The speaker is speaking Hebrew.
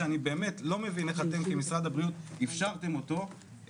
שאני לא מבין איך אתם כמשרד הבריאות אפשרתם אותו,